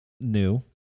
new